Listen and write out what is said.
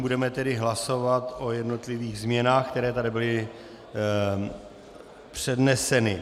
Budeme tedy hlasovat o jednotlivých změnách, které tady byly předneseny.